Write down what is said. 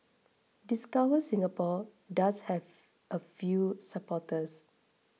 discover Singapore does have a few supporters